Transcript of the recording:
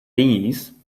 these